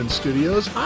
studios